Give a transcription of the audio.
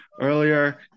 earlier